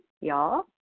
y'all